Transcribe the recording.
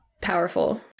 powerful